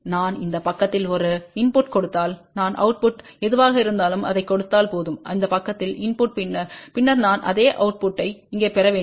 நான் இந்த பக்கத்தில் ஒரு இன்புட்டைக் கொடுத்தால் நான் அவுட்புட் எதுவாக இருந்தாலும் அதைக் கொடுத்தால் போதும் இந்த பக்கத்தில் இன்புட் பின்னர் நான் அதே அவுட்புட்டை இங்கே பெற வேண்டும்